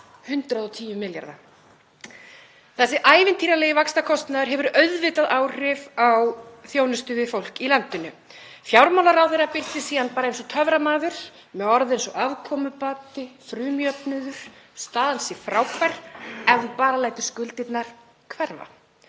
110 milljarða. Þessi ævintýralegi vaxtakostnaður hefur auðvitað áhrif á þjónustu við fólk í landinu. Fjármálaráðherra birtist síðan bara eins og töframaður með orð eins og afkomubati, frumjöfnuður, staðan sé frábær — ef þú bara lætur skuldirnar hverfa.